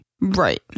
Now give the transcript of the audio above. Right